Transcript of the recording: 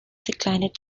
declined